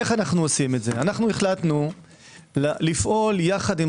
איך אנו עושים את זה החלטנו לפעול יחד עם